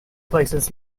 places